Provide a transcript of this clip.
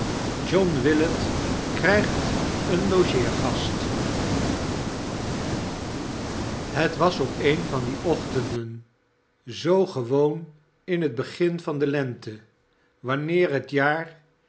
john willet krijgt een logeergast het was op een van die ochtenden zoo gewoon in het begin van de lente wanneer het jaar